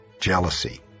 jealousy